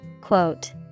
Quote